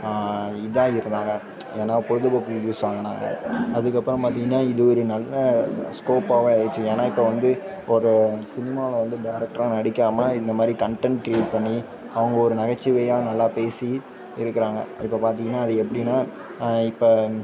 இதாக இருந்தாங்க ஏன்னா பொழுதுபோக்குக்கு யூஸ் ஆகுதுனாங்க அதுக்கப்புறம் பார்த்திங்கன்னா இது ஒரு நல்ல ஸ்கோப்பாகவே ஆகிருச்சு ஏன்னால் இப்போ வந்து ஒரு சினிமாவில் வந்து டேரெக்டராக நடிக்கமால் இந்த மாதிரி கன்டென்ட் க்ரியேட் பண்ணி அவங்க ஒரு நகைச்சுவையாக நல்லா பேசி எடுக்கிறாங்க இப்போ பார்த்திங்கன்னா அது எப்படின்னா இப்போ